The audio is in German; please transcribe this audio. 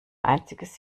einziges